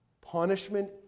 punishment